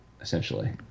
essentially